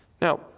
Now